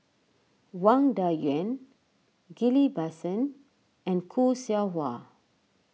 Wang Dayuan Ghillie Basan and Khoo Seow Hwa